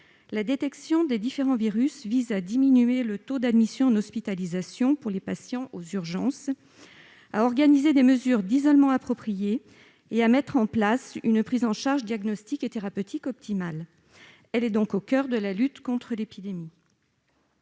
la détection des différents virus vise à diminuer le taux d'admission en hospitalisation pour les patients aux urgences, à organiser des mesures d'isolement appropriées et à mettre en place une prise en charge diagnostique et thérapeutique optimale. Elle est donc au coeur de la lutte contre l'épidémie.